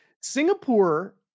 Singapore